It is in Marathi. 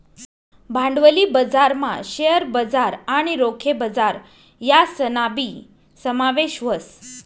भांडवली बजारमा शेअर बजार आणि रोखे बजार यासनाबी समावेश व्हस